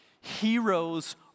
Heroes